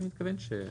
מפת השיוך אתה מתכוון?